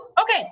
Okay